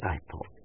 disciple